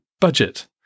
budget